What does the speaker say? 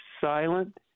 silent